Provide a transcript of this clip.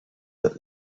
that